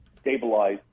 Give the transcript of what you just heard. stabilize